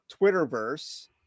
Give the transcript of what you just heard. Twitterverse